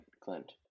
Clint